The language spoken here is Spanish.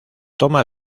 toma